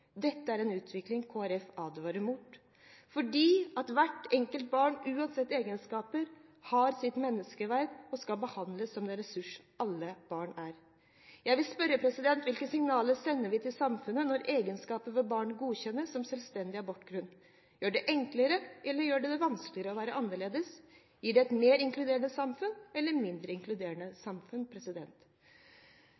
Dette er en utvikling Kristelig Folkeparti advarer mot, fordi hvert enkelt barn, uansett egenskaper, har sitt menneskeverd og skal behandles som den ressurs alle barn er. Jeg vil spørre: Hvilke signaler sender vi til samfunnet når egenskaper ved barnet godkjennes som selvstendig abortgrunn? Gjør det det enklere, eller gjør det det vanskeligere, å være annerledes? Gir det et mer inkluderende samfunn eller et mindre inkluderende